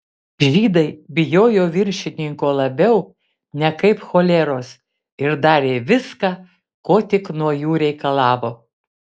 žydai bijojo viršininko labiau nekaip choleros ir darė viską ko tik nuo jų reikalavo